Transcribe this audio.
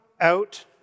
out